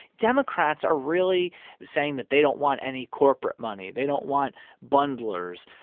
democrats are really saying that they don't want any corporate money. they don't want bundlers.